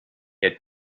had